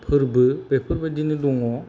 फोरबो बेफोरबायदिनो दङ